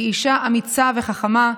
היא אישה אמיצה וחכמה,